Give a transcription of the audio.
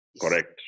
Correct